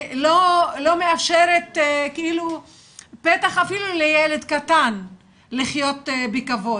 לא מאפשר פתח אפילו לילד קטן לחיות בכבוד.